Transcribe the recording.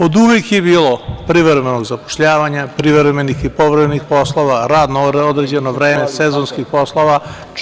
Od uvek je bilo privremenog zapošljavanja, privremenih i povremenih poslova, rad na određeno vreme, sezonskih poslova, itd.